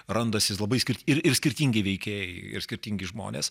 randasi labai skirti ir skirtingi veikėjai ir skirtingi žmonės